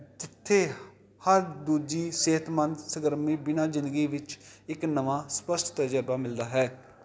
ਜਿੱਥੇ ਹਰ ਦੂਜੀ ਸਿਹਤਮੰਦ ਸਰਗਰਮੀ ਬਿਨਾਂ ਜ਼ਿੰਦਗੀ ਵਿੱਚ ਇੱਕ ਨਵਾਂ ਸਪਸ਼ਟ ਤਜਰਬਾ ਮਿਲਦਾ ਹੈ